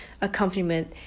accompaniment